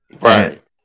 Right